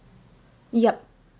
yup